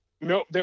No